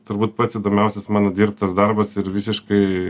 turbūt pats įdomiausias mano dirbtas darbas ir visiškai